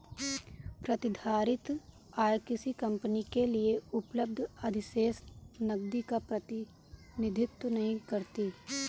प्रतिधारित आय किसी कंपनी के लिए उपलब्ध अधिशेष नकदी का प्रतिनिधित्व नहीं करती है